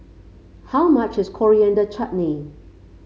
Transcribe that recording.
how much is Coriander Chutney